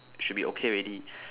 should be okay already